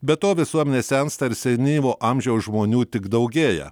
be to visuomenė sensta ir senyvo amžiaus žmonių tik daugėja